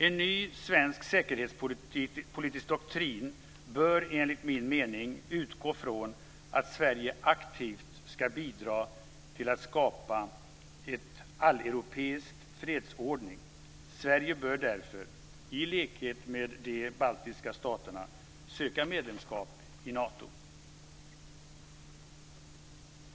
En ny svensk säkerhetspolitisk doktrin bör enligt min mening utgå från att Sverige aktivt ska bidra till att skapa en alleuropeisk fredsordning. Sverige bör därför, i likhet med de baltiska staterna, söka medlemskap i Nato.